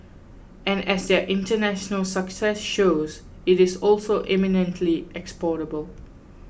and as their international success shows it is also eminently exportable